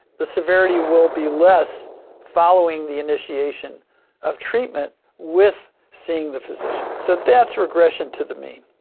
the severity will be less following the initiation of treatment with seeing the physician, so that's regression to the mean.